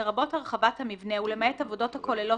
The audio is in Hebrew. לרבות הרחבת המבנה ולמעט עבודות הכוללות